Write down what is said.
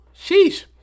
Sheesh